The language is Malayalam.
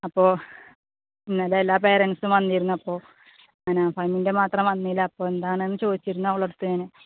അപ്പോൾ ഇന്നെലെ എല്ലാ പേരന്റ്സും വന്നിരുന്നു അപ്പോൾ അനാഫാമിൻറെ മാത്രം വന്നില്ല അപ്പോൾ എന്താണെന്ന് ചോദിച്ചിരുന്നു അവളുടെ അടുത്ത് ഞാൻ